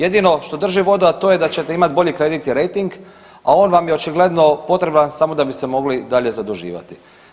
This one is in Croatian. Jedino što drži vodu, a to je da ćete imati bolji kreditni rejting, a on vam je očigledno potreban samo da bi se mogli dalje zaduživati.